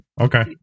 Okay